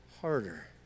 harder